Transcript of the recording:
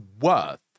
worth